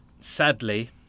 sadly